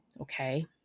okay